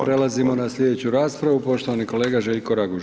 Prelazimo na sljedeću raspravu, poštovani kolega Željko Raguž.